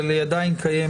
אבל היא עדיין קיימת.